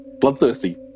bloodthirsty